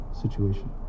situation